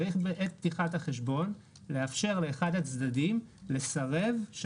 בעת פתיחת החשבון צריך לאפשר לאחד הצדדים לסרב.